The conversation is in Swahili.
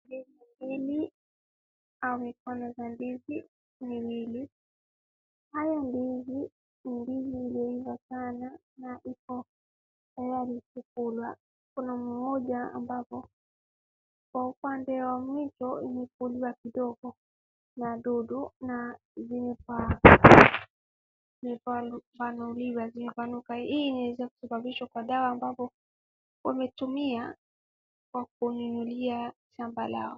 Hizi ni aina mbili za ndizi mbili. Haya ndizi mbili zimeiva sana na iko tayari kukulwa. Kuna mmoja ambapo kwa upande wa mwito imekuliwa kidogo na dudu na zimepanuliwa zimepanuka. Hii inaweza kusababishwa kwa dawa ambapo wametumia kwa kunyunyizia shamba lao.